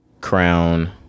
Crown